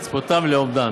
לצפותן ולאומדן.